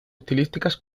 estilísticas